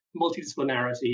multidisciplinarity